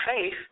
faith